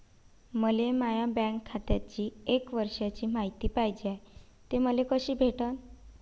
मले माया बँक खात्याची एक वर्षाची मायती पाहिजे हाय, ते मले कसी भेटनं?